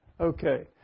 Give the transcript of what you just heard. Okay